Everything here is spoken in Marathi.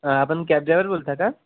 आपण कॅब ड्रायवर बोलता का